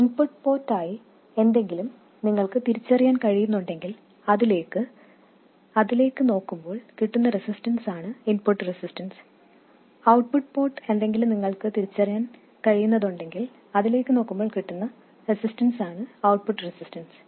input port ആയി എന്തെങ്കിലും നിങ്ങൾക്ക് തിരിച്ചറിയാൻ കഴിയുന്നതുണ്ടെങ്കിൽ അതിലേക്ക് നോക്കുമ്പോൾ കിട്ടുന്ന റെസിസ്റ്റൻസ് ആണ് ഇൻപുട്ട് റെസിസ്റ്റൻസ് ഔട്ട്പുട്ട് പോർട്ട് എന്തെങ്കിലും നിങ്ങൾക്ക് തിരിച്ചറിയാൻ കഴിയുന്നതുണ്ടെങ്കിൽ അതിലേക്ക് നോക്കുമ്പോൾ കിട്ടുന്ന റെസിസ്റ്റൻസ് ആണ് ഔട്ട്പുട്ട് റെസിസ്റ്റൻസ്